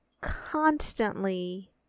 constantly